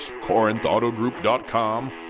CorinthAutoGroup.com